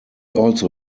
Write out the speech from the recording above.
also